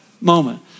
moment